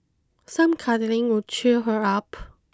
some cuddling would cheer her up